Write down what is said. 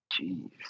Jeez